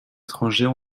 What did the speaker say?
étrangers